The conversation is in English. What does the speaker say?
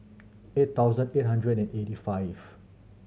eight thousand eight hundred and eighty five